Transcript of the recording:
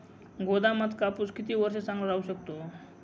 गोदामात कापूस किती वर्ष चांगला राहू शकतो?